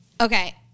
Okay